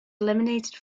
eliminated